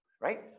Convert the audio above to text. right